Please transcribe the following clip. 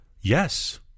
yes